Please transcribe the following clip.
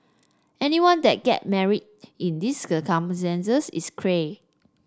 anyone that get married in these circumstances is cray